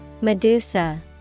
Medusa